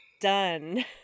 done